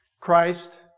Christ